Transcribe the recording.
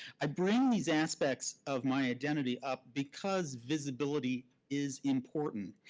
i bring these aspects of my identity up because visibility is important,